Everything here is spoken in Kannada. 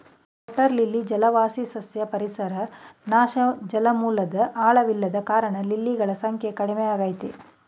ವಾಟರ್ ಲಿಲಿ ಜಲವಾಸಿ ಸಸ್ಯ ಪರಿಸರ ನಾಶ ಜಲಮೂಲದ್ ಆಳವಿಲ್ಲದ ಕಾರಣ ಲಿಲಿಗಳ ಸಂಖ್ಯೆ ಕಡಿಮೆಯಾಗಯ್ತೆ